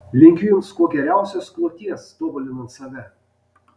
linkiu jums kuo geriausios kloties tobulinant save